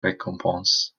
récompense